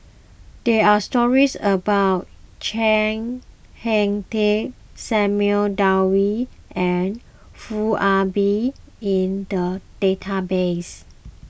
there are stories about Chiang Hai Ding Samuel and Foo Ah Bee in the database